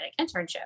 internship